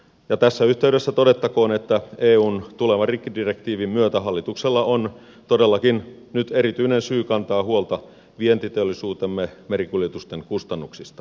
ja tässä yhteydessä todettakoon että eun tulevan rikkidirektiivin myötä hallituksella on todellakin nyt erityinen syy kantaa huolta vientiteollisuutemme merikuljetusten kustannuksista